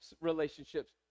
relationships